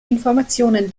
informationen